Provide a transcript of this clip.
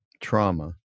trauma